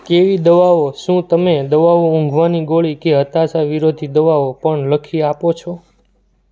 કેવી દવાઓ શું તમે દવાઓ ઊંધવાની ગોળી કે હતાશા વિરોધી દવાઓ પણ લખી આપો છો